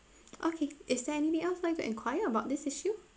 okay is there anything else like to enquire about this issue